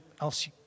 else